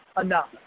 enough